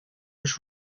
was